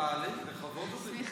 תעלי, לכבוד הוא לי.